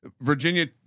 Virginia